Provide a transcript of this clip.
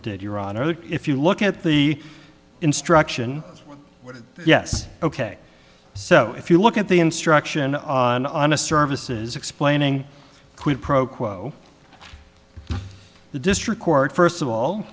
that if you look at the instruction yes ok so if you look at the instruction on a services explaining quid pro quo the district court first of all